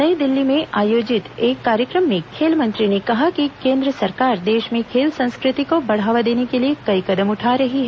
नई दिल्ली में आयोजित एक कार्यक्रम में खेल मंत्री ने कहा कि केन्द्र सरकार देश में खेल संस्कृति को बढ़ावा देने के लिये कई कदम उठा रही है